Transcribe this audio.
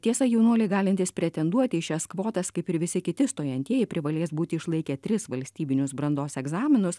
tiesa jaunuoliai galintys pretenduoti į šias kvotas kaip ir visi kiti stojantieji privalės būti išlaikę tris valstybinius brandos egzaminus